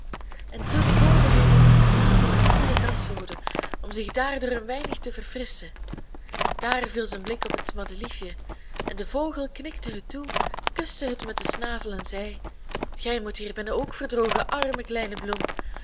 en toen boorde hij met zijn snavel in de koele graszode om zich daardoor een weinig te verfrisschen daar viel zijn blik op het madeliefje en de vogel knikte het toe kuste het met den snavel en zei gij moet hier binnen ook verdrogen arme kleine bloem